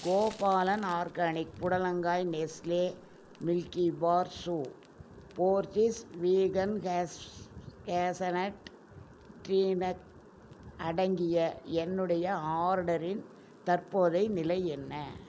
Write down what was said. Gopalan organic புடலங்காய் Nestle Milkybar ஷூ போர்ஜீஸ் வீகன் ஹேஸனட் ட்ரீனக் அடங்கிய என்னுடைய ஆர்டரின் தற்போதை நிலை என்ன